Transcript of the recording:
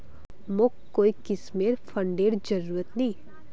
मोक कोई किस्मेर फंडेर जरूरत नी